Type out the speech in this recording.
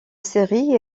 série